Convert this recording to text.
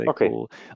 okay